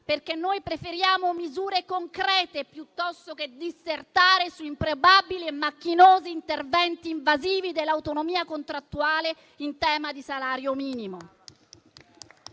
perché noi preferiamo misure concrete piuttosto che dissertare su improbabili e macchinosi interventi invasivi dell'autonomia contrattuale in tema di salario minimo.